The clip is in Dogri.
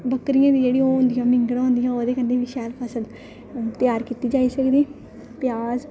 बकरियें दियां जेहड़ियां ओह् होंदियां मिंगनां होंदियां ओह्दे कन्नै बी शैल फसल त्यार कीती जाई सकदी ते